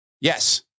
Yes